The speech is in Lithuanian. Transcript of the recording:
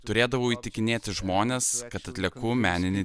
turėdavau įtikinėti žmones kad atlieku meninį